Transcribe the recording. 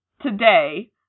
today